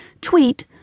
tweet